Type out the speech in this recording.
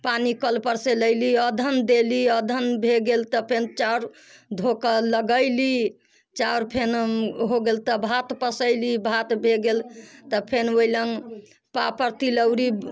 पानि कल पर से लयली अदहन देली अदहन भए गेल तऽ फेन चाउर धो के लगयली चाउर फेन हो गेल तऽ भात पसयली भात हो गेल तऽ फेन ओहि लऽ पापड़ तिलौरी